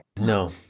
No